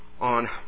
on